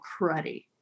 cruddy